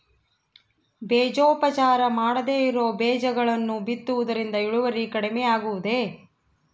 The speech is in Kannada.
ಬೇಜೋಪಚಾರ ಮಾಡದೇ ಇರೋ ಬೇಜಗಳನ್ನು ಬಿತ್ತುವುದರಿಂದ ಇಳುವರಿ ಕಡಿಮೆ ಆಗುವುದೇ?